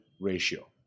ratio